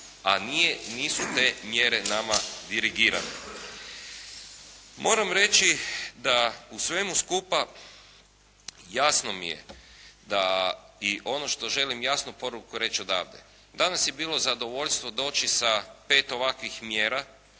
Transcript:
a nisu te mjere nama dirigirane. Moram reći da u svemu skupa jasno mi je da i ono što želim jasnu poruku reći odavdje, danas je bilo zadovoljstvo doći sa pet ovakvih mjera